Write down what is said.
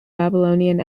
babylonian